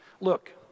look